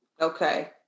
Okay